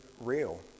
real